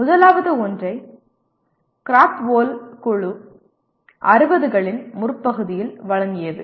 முதலாவது ஒன்றை கிராத்வோலின் குழு 60 களின் முற்பகுதியில் வழங்கியது